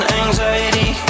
anxiety